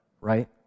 right